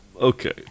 Okay